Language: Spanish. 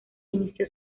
inició